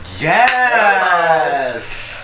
Yes